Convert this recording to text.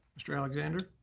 mr. alexander.